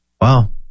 Wow